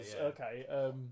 Okay